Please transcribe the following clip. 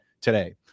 today